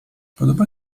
podoba